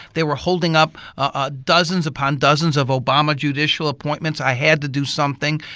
they were holding up ah dozens upon dozens of obama judicial appointments. i had to do something.